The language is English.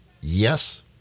Yes